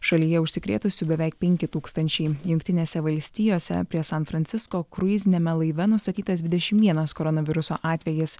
šalyje užsikrėtusių beveik penki tūkstančiai jungtinėse valstijose prie san francisko kruiziniame laive nustatytas dvidešim vienas koronaviruso atvejis